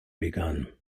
begun